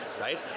right